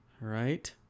Right